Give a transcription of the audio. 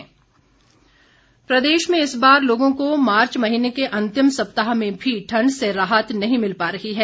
मौसम प्रदेश में इस बार लोगों को मार्च महीने के अंतिम सप्ताह में भी ठण्ड से राहत नहीं मिल पा रही है